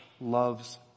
loves